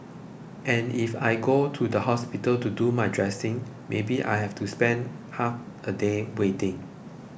and if I go to the hospital to do my dressing maybe I have to spend half a day waiting